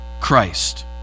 Christ